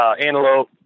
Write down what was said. antelope